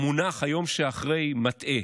המונח "היום שאחרי" מטעה.